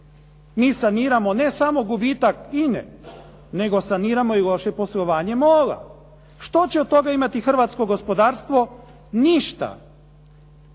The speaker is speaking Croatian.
Mi saniramo ne samo gubitak INA-e, nego saniramo i loše poslovanje MOL-a. Što će od toga imati hrvatsko gospodarstvo? Ništa.